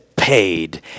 Paid